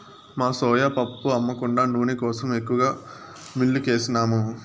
మా సోయా పప్పు అమ్మ కుండా నూనె కోసరం ఎక్కువగా మిల్లుకేసినాము